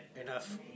enough